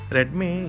Redmi